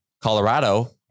Colorado